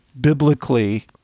biblically